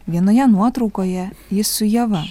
vienoje nuotraukoje jis su ieva